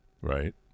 Right